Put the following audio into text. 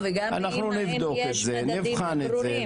וגם האם יש מדדים ברורים.